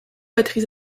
batteries